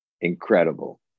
incredible